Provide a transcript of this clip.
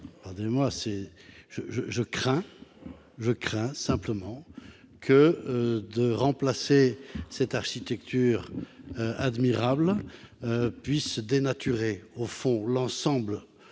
Pardonnez-moi, je crains simplement que le fait de remplacer cette architecture admirable puisse dénaturer au fond l'ensemble